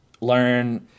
learn